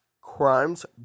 Crimes